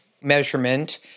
measurement